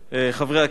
חברי הכנסת,